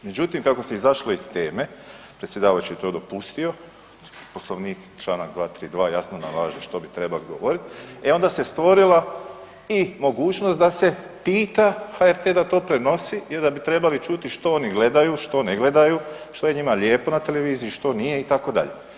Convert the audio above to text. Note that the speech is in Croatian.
Međutim, kako se izašlo iz teme predsjedavajući je to dopustio, Poslovnik Članak 232. jasno nalaže što bi treba govorit, e onda se stvorila i mogućnost da se pita HRT da to prenosi jer da bi trebali čuti što oni gledaju, što ne gledaju, šta je njima lijepo na televiziji, što nije itd.